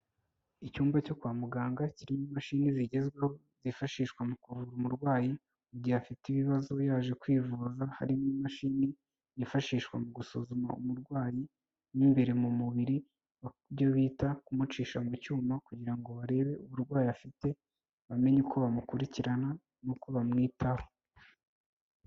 Icyumba cyo kwa muganga kirimo imashini zigezweho zifashishwa mu kuvura umurwayi mu gihe afite ibibazo yaje kwivuza, harimo imashini yifashishwa mu gusuzuma umurwayi mo imbere mu mubiri ari byo bita kumucisha mu cyuma kugira ngo barebe uburwayi afite bamenye uko bamukurikirana n'uko bamwitaho.